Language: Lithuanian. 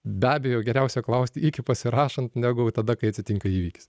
be abejo geriausia klaust iki pasirašant negu tada kai atsitinka įvykis